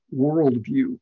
worldview